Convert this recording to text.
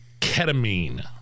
Ketamine